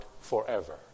forever